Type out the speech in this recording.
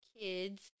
kids